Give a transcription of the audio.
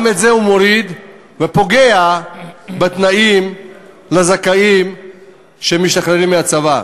גם את זה הוא מוריד ופוגע בתנאים לזכאים שמשתחררים מהצבא.